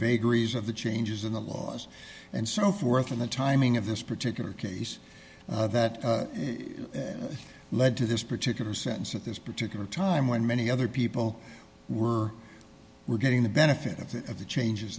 vagaries of the changes in the laws and so forth and the timing of this particular case that led to this particular sense at this particular time when many other people were were getting the benefit of the of the changes